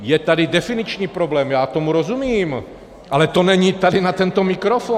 Je tady definiční problém, já tomu rozumím, ale to není tady na tento mikrofon!